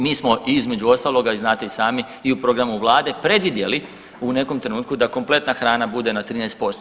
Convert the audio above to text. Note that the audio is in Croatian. Mi smo između ostaloga znate i sami i u programu vlade predvidjeli u nekom trenutku da kompletna hrana bude na 13%